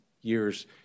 years